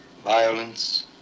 Violence